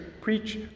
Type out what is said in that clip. preach